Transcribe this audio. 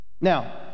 Now